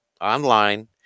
online